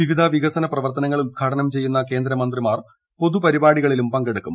വിവിധ വികസന പ്രവർത്തനങ്ങൾ ഉദ്ഘാടനം ചെയ്യുന്ന കേന്ദ്രമന്ത്രിമാർ പൊതു പരിപാടികളിലും പങ്കെടുക്കും